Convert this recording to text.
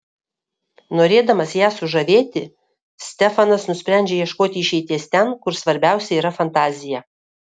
norėdamas ją sužavėti stefanas nusprendžia ieškoti išeities ten kur svarbiausia yra fantazija